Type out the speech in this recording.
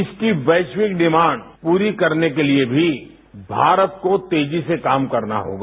इसकी वैश्विक डिमांड पूरी करने के लिए भी भारत को तेजी से काम करना होगा